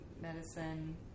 medicine